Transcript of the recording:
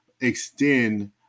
extend